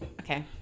Okay